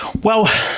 well,